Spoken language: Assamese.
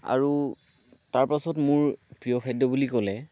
আৰু তাৰ পাছত মোৰ প্ৰিয় খাদ্য বুলি ক'লে